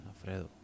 Alfredo